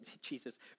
Jesus